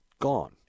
gone